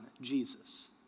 Jesus